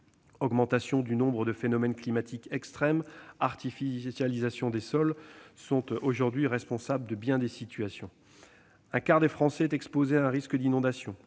l'augmentation du nombre de phénomènes climatiques extrêmes et l'artificialisation des sols sont aujourd'hui responsables de bien des situations. Un quart des Français sont exposés à un risque d'inondation.